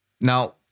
Now